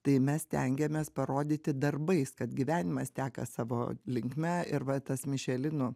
tai mes stengiamės parodyti darbais kad gyvenimas teka savo linkme ir va tas mišelinų